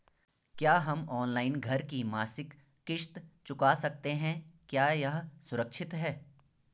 क्या हम ऑनलाइन घर की मासिक किश्त चुका सकते हैं क्या यह सुरक्षित है?